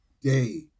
day